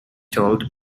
told